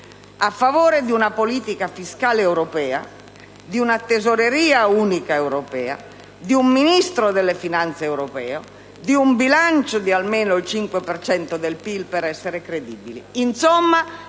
a favore di una politica fiscale europea, di una Tesoreria unica europea, di un Ministro delle finanze europeo, di un bilancio di almeno il 5 per cento del PIL, per essere credibili. Insomma,